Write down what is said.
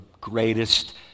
greatest